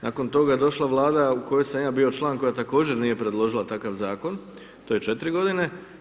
Nakon toga, došla Vlada u kojoj sam ja bio član, koja također nije predložila takav Zakon, to je 4 godine.